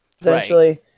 essentially